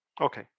Okay